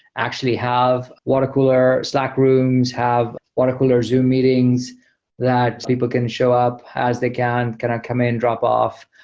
actually have water cooler stock rooms, have water cooler zoom meetings that people can show up as they can kind of come in, drop-off,